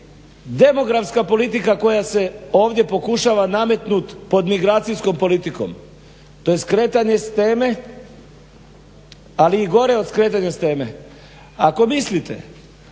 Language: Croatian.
demografska politika koja se ovdje pokušava nametnut pod migracijskom politikom to je skretanje s teme ali i gore od skretanja s teme. Ako mislite